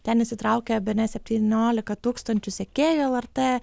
ten įsitraukė bene septyniolika tūkstančių sekėjų lrt